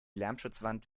lärmschutzwand